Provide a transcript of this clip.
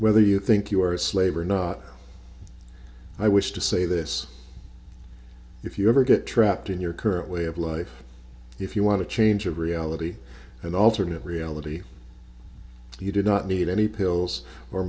whether you think you are a slave or not i wish to say this if you ever get trapped in your current way of life if you want to change a reality and alternate reality you do not need any pills